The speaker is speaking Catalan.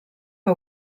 que